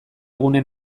gune